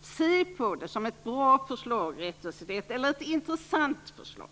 Se på det som ett bra eller intressant förslag,